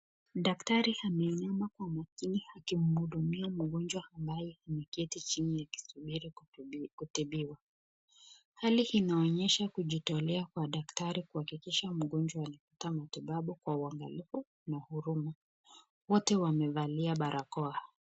Daktari ameinama kwa makini, akihudumia mgonjwa ambaye ameketi chini akisubiri kutibiwa, hali inaonyesha kujitolea kwa daktari kuhakikisha mgonjwa amepata matibabu kwa uangalifu na huduma, wote wamevalia barakoa.